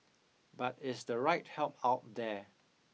but is the right help out there